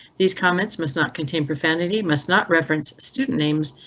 these comments must not contain profanity, must not reference student names,